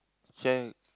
share